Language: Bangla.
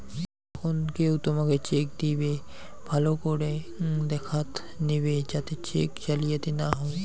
যখন কেও তোমকে চেক দিইবে, ভালো করাং দেখাত নিবে যাতে চেক জালিয়াতি না হউ